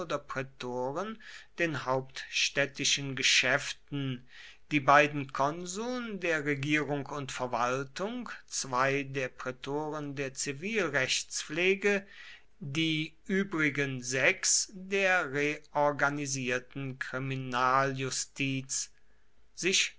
prätoren den hauptstädtischen geschäften die beiden konsuln der regierung und verwaltung zwei der prätoren der zivilrechtspflege die übrigen sechs der reorganisierten